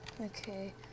okay